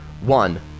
One